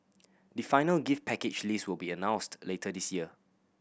the final gift package list will be announced later this year